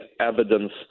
evidence